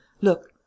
Look